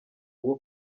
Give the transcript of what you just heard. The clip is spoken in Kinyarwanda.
uwo